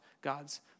God's